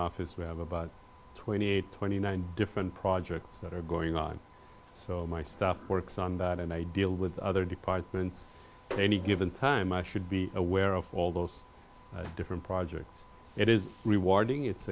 office we have about twenty eight twenty nine different projects that are going on so my staff works on that and i deal with other departments in any given time i should be aware of all those different projects it is rewarding it's